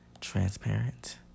transparent